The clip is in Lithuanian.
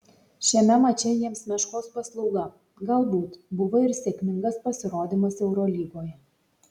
šiame mače jiems meškos paslauga galbūt buvo ir sėkmingas pasirodymas eurolygoje